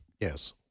Yes